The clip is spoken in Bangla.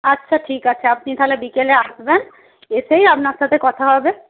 আচ্ছা ঠিক আছে আপনি তাহলে বিকেলে আসবেন এসেই আপনার সাথে কথা হবে